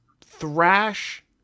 thrash